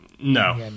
No